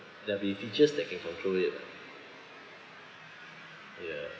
there will be features that can control it lah ya